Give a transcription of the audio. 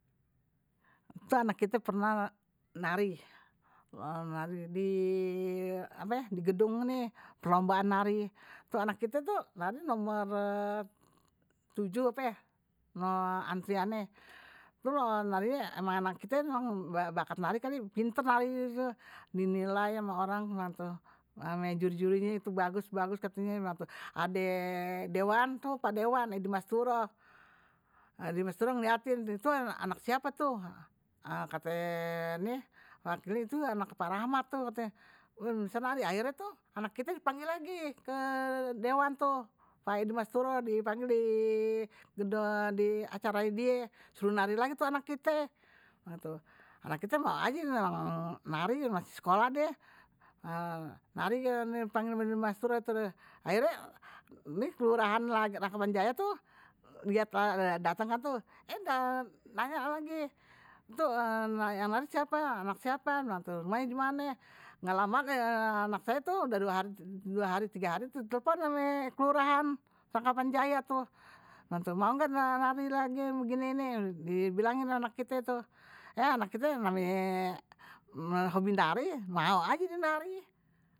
Ntu anak kite pernah nari di gedung nih perlombaan nari itu anak kita itu nomor tujuh ape antriannye, ntu arinye emang anak ite bkat nari kali, pinter narinye. dinilai ama orang ame juri jurinye, itu bagus bagus ade dewan tuh pak dewan edi masturoh, edi masturoh ngeliatin, tuh tuh anak siapa tuh, kate ni wakilnye tuh anak pak rahmat akhirnya tuh anak kite dipanggil lagi ke dewan tuh pak edi masturoh kantor dewan tuh dipanggil lagi ke acaranye die suruh nari lagi tuh anak kite, anak kite mau aje, orang nari masih sekolah die, nari dipanggil haji masturoh tuh die, akhirnye keluarahan rngkapan jaya tuh lilhat dateng kan tuh eh nanya lagi tuh anak siape rumahnye dimana, ga lama anak saya tuh ditelpon lagi dua hari tiga hari tuh di telepon ama kelurahan rangkapan jaya tuh bilang gitu mau nggak nari lagi begini nih dibilangin anak kita itu eh anak kita namanye hobinye nari mau aje die nari.